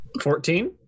Fourteen